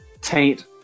taint